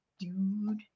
Dude